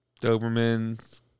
Dobermans